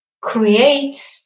create